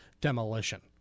demolition